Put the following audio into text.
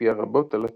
שהשפיע רבות על התחום.